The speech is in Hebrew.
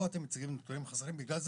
פה אתם מציגים נתונים חסרים ובגלל זה